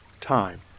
time